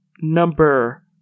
number